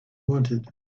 wanted